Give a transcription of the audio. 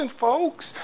folks